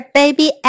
baby